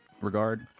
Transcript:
regard